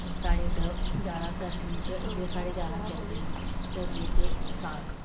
साढ़े इद्धर ज्यादा सर्दियें च इयो साढ़े ज्यादा चलदे न ढोडे ते साग